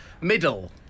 Middle